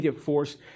force